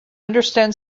understand